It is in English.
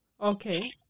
Okay